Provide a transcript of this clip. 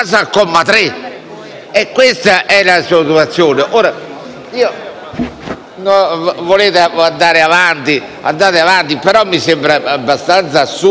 Volete andare avanti, fatelo pure, però mi sembra abbastanza assurdo anche trasformarlo in un ordine del giorno,